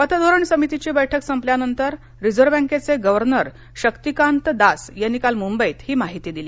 पतधोरण समितीची बैठक संपल्यानंतर रिझर्व्ह बँकेचे गव्हर्नर शक्तिकांत दास यांनी काल मुंबईत ही माहिती दिली